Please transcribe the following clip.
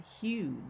huge